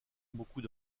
beaucoup